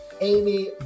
Amy